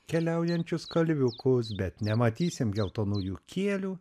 keliaujančius kalviukus bet nematysim geltonųjų kielių